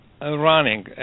running